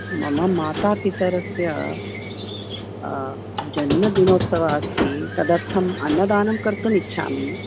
मम माता पितरस्य जन्मदिनोत्सवः अस्ति तदर्थम् अन्नदानं कर्तुम् इच्छामि